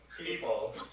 People